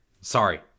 Sorry